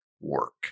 work